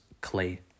Clay